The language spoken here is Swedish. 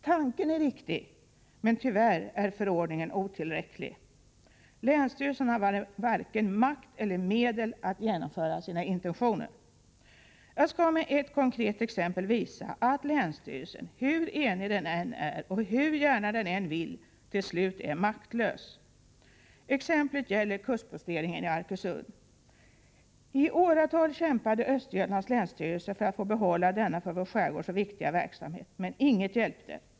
Tanken är riktig, men tyvärr är förordningen otillräcklig. Länsstyrelserna har varken makt eller medel att genomföra sina intentioner. Jag skall med ett konkret exempel visa att länsstyrelsen, hur enig den än är, och hur gärna den än vill, till slut är maktlös. Exemplet gäller kustposteringeni Arkösund. I åratal kämpade Östergötlands länsstyrelse för att få behålla denna för vår skärgård så viktiga verksamhet. Men inget hjälpte.